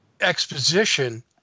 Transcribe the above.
exposition